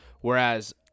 whereas